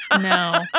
No